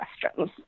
questions